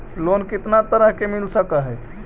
Loan कितना तरह से मिल सक है?